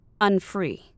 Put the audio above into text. Unfree